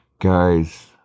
guys